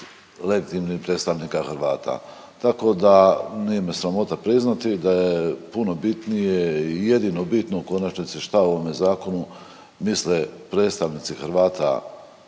legitimnih predstavnika Hrvata, tako da nije me sramota priznati da je puno bitnije i jedino bitno u konačnici šta o ovome zakonu misle predstavnici Hrvata